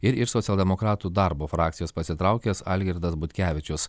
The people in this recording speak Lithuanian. ir iš socialdemokratų darbo frakcijos pasitraukęs algirdas butkevičius